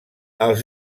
els